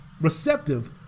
receptive